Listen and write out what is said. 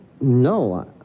No